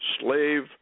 slave